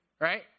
right